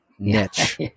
niche